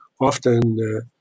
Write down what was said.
often